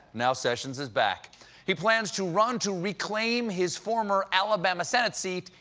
now sessions is back he plans to run to reclaim his former alabama senate seat.